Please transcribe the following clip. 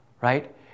Right